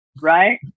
Right